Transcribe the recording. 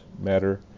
matter